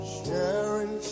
sharing